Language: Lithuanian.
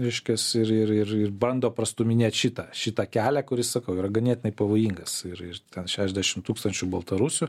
reiškias ir ir ir ir bando prastūminėt šitą šitą kelią kuris sakau yra ganėtinai pavojingas ir ir šešiasdešim tūkstančių baltarusių